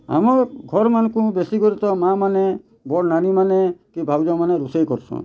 ଆମର୍ ଘର୍ ମାନ କୁ ବେଶୀ କରି ତ ମାଆ ମାନେ ବଡ଼ ନାନୀ ମାନେ କି ଭାଉଜ ମାନେ ରୋଷେଇ କରିସନ୍